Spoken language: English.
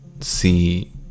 see